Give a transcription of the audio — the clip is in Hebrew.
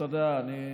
אתה יודע, אני